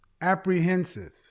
apprehensive